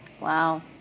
Wow